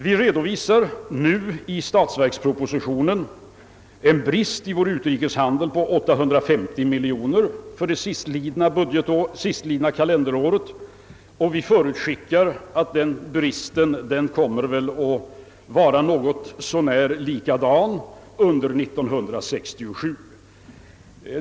Vi redovisar nu i statsverkspropositionen en brist i vår utrikeshandel på 850 miljoner kronor för det sistlidna kalenderåret och vi förutskickar att den bristen kommer att vara ungefär likadan under 1967.